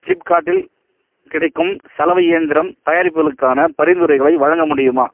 ஃப்ளிப்கார்ட்டில் கிடைக்கும் சலவை இயந்திரம் தயாரிப்புகளுக்கான பரிந்துரைகளை வழங்க முடியுமா